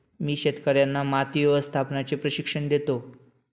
मी शेतकर्यांना माती व्यवस्थापनाचे प्रशिक्षण देतो